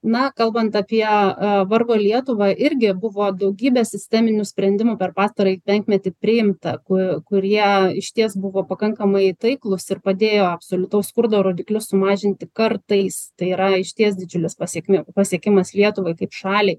na kalbant apie ee vargo lietuvą irgi buvo daugybė sisteminių sprendimų per pastarąjį penkmetį priimta ku kurie išties buvo pakankamai taiklūs ir padėjo absoliutaus skurdo rodiklius sumažinti kartais tai yra išties didžiulis pasekmių pasiekimas lietuvai kaip šaliai